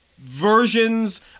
versions